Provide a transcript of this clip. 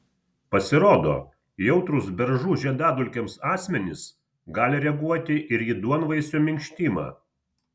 pasirodo jautrūs beržų žiedadulkėms asmenys gali reaguoti ir į duonvaisio minkštimą